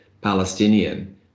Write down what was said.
Palestinian